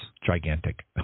gigantic